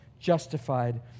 justified